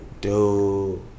Dude